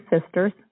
sisters